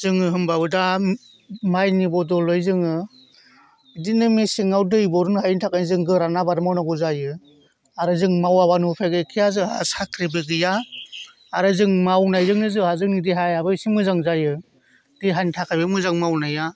जोङो होनबाबो दा माइनि बदलै जोङो बिदिनो मेसेंआव दै बरननो हायिनि थाखाय जों गोरान आबाद मावनांगौ जायो आरो जों मावाबानो उफाय गैखाया जोंहा साख्रिबो गैया आरो जों मावनायजोंनो जोंहा जोंनि देहायाबो एसे मोजां जायो देहानि थाखायबो मोजां मावनाया